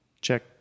check